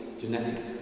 genetic